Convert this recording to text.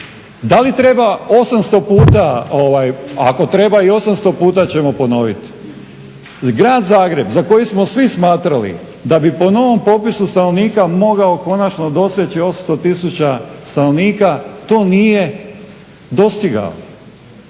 Da li treba 800 puta ako treba i 800 puta ćemo ponoviti? Grad Zagreb za koji smo svi smatrali da bi po novom popisu stanovnika mogao doseći 800 tisuća stanovnika to nije dostigao.